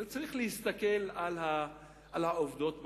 צריך להסתכל על העובדות בשטח,